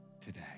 today